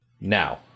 now